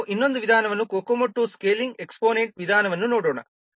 ಈಗ ನಾವು ಇನ್ನೊಂದು ವಿಧಾನವನ್ನು COCOMO II ಸ್ಕೇಲಿಂಗ್ ಎಕ್ಸ್ಪೋನೆಂಟ್ ವಿಧಾನವನ್ನು ನೋಡೋಣ